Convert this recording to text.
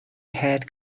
had